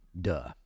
Duh